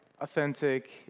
authentic